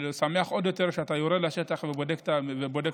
ואני שמח עוד יותר שאתה יורד לשטח ובודק את הנושא,